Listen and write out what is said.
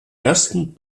ersten